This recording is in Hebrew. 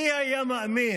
מי היה מאמין